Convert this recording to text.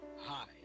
Hi